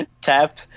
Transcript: Tap